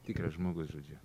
tikras žmogus žodžiu